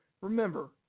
remember